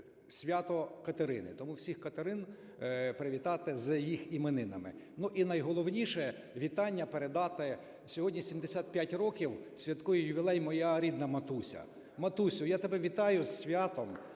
свято Катерини. Тому всіх Катерин привітати з їх іменинами. Ну і найголовніше, вітання передати: сьогодні 75 років святкує ювілей моя рідна матуся. Матусю, я тебе вітаю з святом,